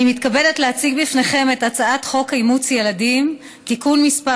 אני מתכבדת להציג בפניכם את הצעת חוק אימוץ ילדים (תיקון מס'